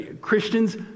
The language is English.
Christians